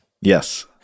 Yes